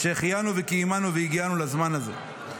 ושהחיינו וקיימנו והגיענו לזמן הזה.